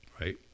right